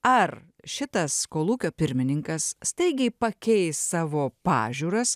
ar šitas kolūkio pirmininkas staigiai pakeis savo pažiūras